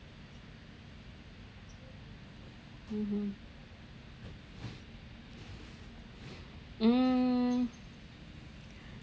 mmhmm mm